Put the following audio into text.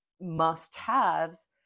must-haves